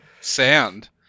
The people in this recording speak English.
sand